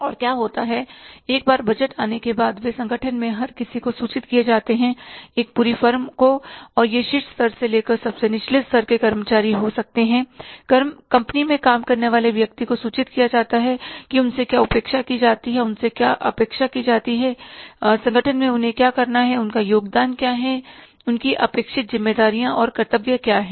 और क्या होता है कि एक बार बजट आने के बाद वे संगठन में हर किसी को सूचित किए जाते हैं एक पूरी फर्म को और यह शीर्ष स्तर से लेकर सबसे निचले स्तर के कर्मचारी हो सकते हैं कंपनी में काम करने वाले व्यक्ति को सूचित किया जाता है कि उनसे क्या अपेक्षा की जाती है उनसे क्या अपेक्षा की जाती है संगठन में उन्हें क्या करना है उनका योगदान क्या है उनकी अपेक्षित जिम्मेदारियां और कर्तव्य क्या हैं